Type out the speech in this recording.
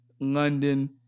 London